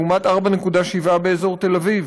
לעומת 4.7 באזור תל-אביב.